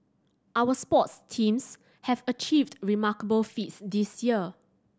our sports teams have achieved remarkable feats this year